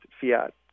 fiat